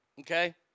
okay